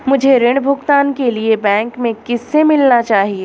मुझे ऋण भुगतान के लिए बैंक में किससे मिलना चाहिए?